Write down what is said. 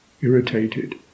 irritated